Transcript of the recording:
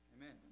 Amen